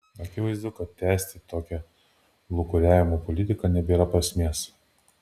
akivaizdu kad tęsti tokią lūkuriavimo politiką nebėra prasmės